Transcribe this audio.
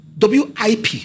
WIP